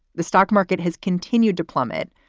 the stock market has continued to plummet.